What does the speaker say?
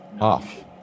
off